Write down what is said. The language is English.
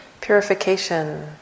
purification